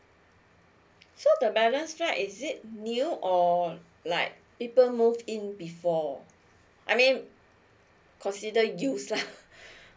so the balance flat is it new or like people move in before I mean consider used lah